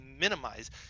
minimize